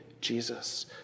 Jesus